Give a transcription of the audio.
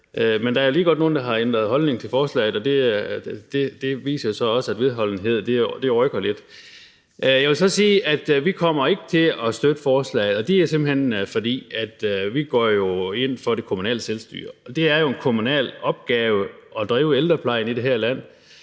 men der er ligegodt nogle, der har ændret holdning til forslaget, og det viser så også, at vedholdenhed rykker lidt. Jeg vil så sige, at vi ikke kommer til at støtte forslaget, og det er simpelt hen, fordi vi jo går ind for det kommunale selvstyre. Det er jo en kommunal opgave at drive ældreplejen i det her land,